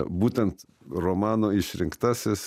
būtent romano išrinktasis